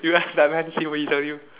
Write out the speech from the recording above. you ask Batman see what he tell you